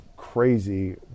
crazy